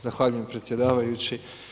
Zahvaljujem predsjedavajući.